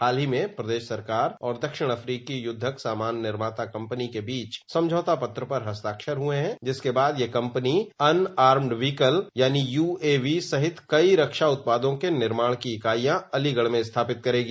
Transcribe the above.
हाल ही में प्रदेश सरकार और दक्षिण अफ्रीकी युद्धक सामान निर्माता कंपनी के बीच समझौता पत्र पर हस्ताक्षर हुए हैं जिसके बाद यह कंपनी अन आर्म्ड व्हीकल यानी यूएवी सहित कई रक्षा उत्पादों के निर्माण की इकाइयां अलीगढ़ में स्थापित करेगी